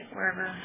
Wherever